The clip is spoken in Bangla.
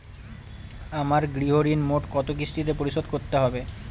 আমার গৃহঋণ মোট কত কিস্তিতে পরিশোধ করতে হবে?